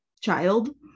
child